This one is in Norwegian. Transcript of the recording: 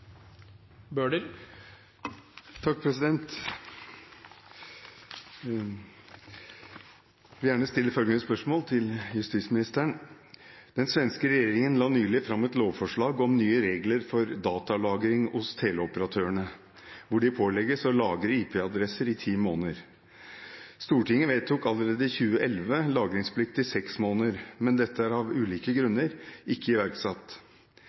til justisministeren: «Den svenske regjeringen la nylig fram et lovforslag om nye regler for datalagring hos teleoperatørene, hvor de pålegges å lagre IP-adresser i 10 måneder. Stortinget vedtok allerede i 2011 lagringsplikt i 6 måneder, men dette er av ulike grunner ikke iverksatt.